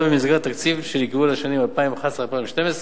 במסגרות התקציב שנקבעו לשנים 2011 2012,